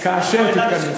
כאשר תתכנס.